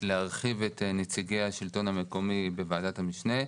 להרחיב את נציגי השלטון המקומי בוועדת המשנה,